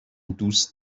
دوست